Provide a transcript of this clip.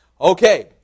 Okay